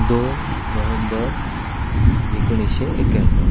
दोन नोहेम्बर एकोणीसशे एक्याण्णव